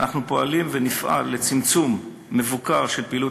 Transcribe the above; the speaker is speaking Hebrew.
אנחנו פועלים ונפעל לצמצום מבוקר של פעילות